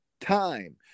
time